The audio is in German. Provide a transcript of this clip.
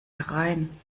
herein